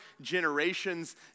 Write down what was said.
generations